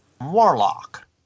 Warlock